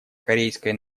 корейской